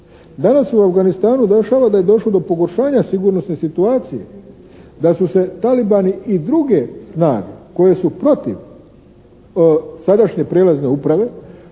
Danas se u Afganistanu dešava da je došlo do poboljšanja sigurnosne situacije, da su se talibani i druge snage koje su protiv sadašnje prijelazne uprave